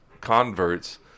converts